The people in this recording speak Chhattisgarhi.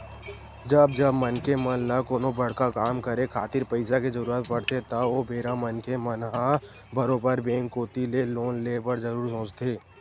जब जब मनखे मन ल कोनो बड़का काम करे खातिर पइसा के जरुरत पड़थे त ओ बेरा मनखे मन ह बरोबर बेंक कोती ले लोन ले बर जरुर सोचथे